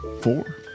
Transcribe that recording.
Four